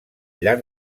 llarg